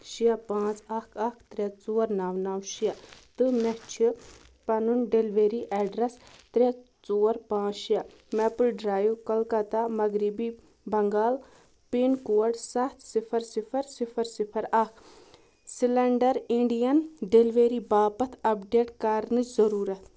شےٚ پانٛژھ اَکھ اَکھ ترٛےٚ ژور نَو نَو شےٚ تہٕ مےٚ چھِ پَنُن ڈیٚلؤری ایٚڈرَس ترٛےٚ ژور پانٛژھ شےٚ میپٕل ڈرٛایُو کَلکتہ مغربی بنٛگال پِن کوڈ سَتھ صِفَر صِفَر صِفَر صِفَر اَکھ سِلیٚنٛڈَر اِنڈِیَن ڈیٚلؤری باپتھ اَپڈیٹ کرنٕچ ضروٗرت